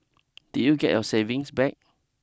did you get your savings back